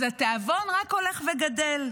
אז התיאבון רק הולך וגדל.